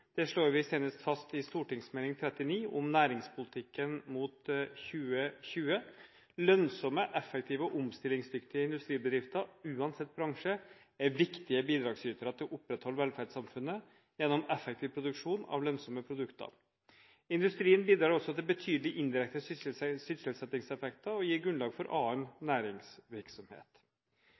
Det slår vi senest fast i Meld. St. 39 om næringspolitikken mot 2020. Lønnsomme, effektive og omstillingsdyktige industribedrifter uansett bransje er viktige bidragsytere til å opprettholde velferdssamfunnet gjennom effektiv produksjon av lønnsomme produkter. Industrien bidrar også til betydelige indirekte sysselsettingseffekter og gir grunnlag for annen næringsvirksomhet.